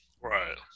Right